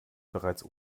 bereits